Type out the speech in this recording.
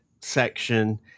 section